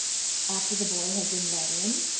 after the boy had been let in,